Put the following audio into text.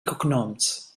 cognoms